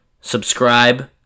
subscribe